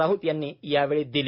राऊत यांनी यावेळी दिली